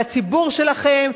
לציבור שלכם,